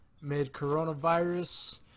mid-coronavirus